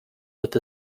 with